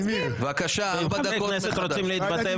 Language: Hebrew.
חברי כנסת רוצים להתבטא.